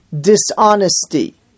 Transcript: dishonesty